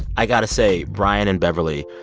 i got to say, brian and beverley,